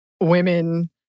women